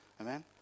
Amen